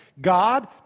God